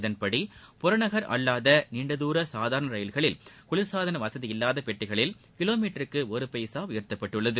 இதன்படி புறநகர் அல்லாத நீண்டதூர சாதாரண ரயில்களில் குளர்சாதன வசதி இல்லாத பெட்டிகளில் கிலோ மீட்டருக்கு ஒரு பைசா உயர்த்தப்பட்டுள்ளது